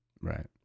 Right